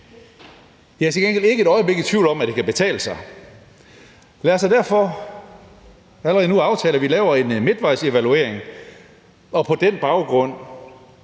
gengæld ikke et øjeblik i tvivl om, at det kan betale sig. Lad os da derfor allerede nu aftale, at vi laver en midtvejsevaluering og på den baggrund,